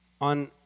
On